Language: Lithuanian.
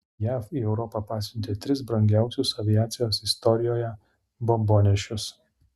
jav į europą pasiuntė tris brangiausius aviacijos istorijoje bombonešius